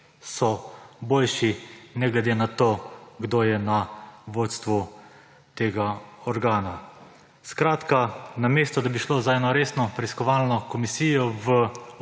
so boljši, ne glede na to, kdo je na vodstvu tega organa. Skratka, namesto da bi šlo za eno resno preiskovalno komisijo v